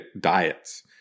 diets